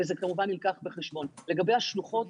לגבי השלוחות,